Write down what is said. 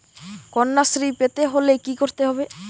কন্যাশ্রী পেতে হলে কি করতে হবে?